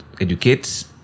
educate